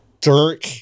Dirk